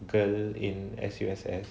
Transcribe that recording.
girl in S_U_S_S